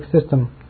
system